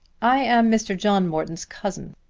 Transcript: i am mr. john morton's cousin.